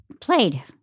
played